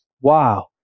Wow